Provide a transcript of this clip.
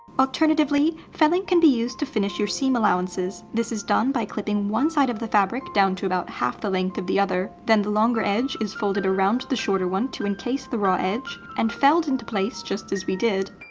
alternatively, felling can be used to finish your seam allowances. this is done by clipping one side of your fabric down to about half the length of the other. then the longer edge is folded around the shorter one to encase the raw edge, and felled into place just as we did.